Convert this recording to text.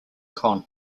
con